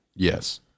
Yes